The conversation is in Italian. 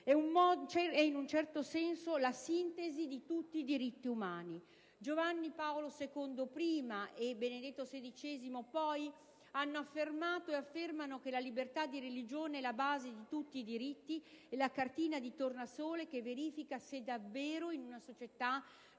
è, in un certo senso, la sintesi di tutti i diritti umani. Giovanni Paolo II prima e Benedetto XVI poi hanno affermato ed affermano che la libertà di religione è la base di tutti i diritti, la cartina di tornasole che verifica se davvero in una società